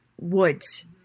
woods